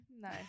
no